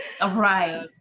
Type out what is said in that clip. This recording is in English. right